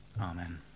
amen